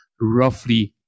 roughly